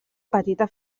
petita